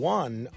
one